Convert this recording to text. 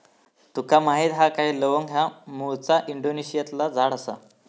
तुका माहीत हा काय लवंग ह्या मूळचा इंडोनेशियातला झाड आसा